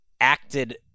acted